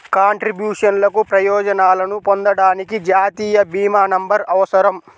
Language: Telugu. కంట్రిబ్యూషన్లకు ప్రయోజనాలను పొందడానికి, జాతీయ భీమా నంబర్అవసరం